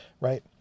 right